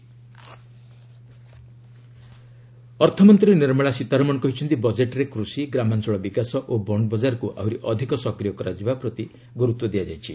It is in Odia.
ଏଫ୍ଏମ୍ ମୁମ୍ଘାଇ ପ୍ରେସ୍ ବ୍ରିଫିଂ ଅର୍ଥମନ୍ତ୍ରୀ ନିର୍ମଳା ସୀତାରମଣ କହିଛନ୍ତି ବଜେଟ୍ରେ କୃଷି ଗ୍ରାମାଞ୍ଚଳ ବିକାଶ ଓ ବଣ୍ଡ ବଜାରକୁ ଆହୁରି ଅଧିକ ସକ୍ରିୟ କରାଯିବା ପ୍ରତି ଗୁରୁତ୍ୱ ଦିଆଯାଇଛି